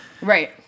Right